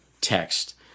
text